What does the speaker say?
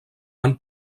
han